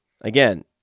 again